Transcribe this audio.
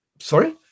sorry